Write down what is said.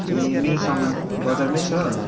ए मेरो सामान बजारमै छ